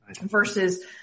versus